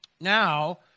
Now